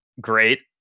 great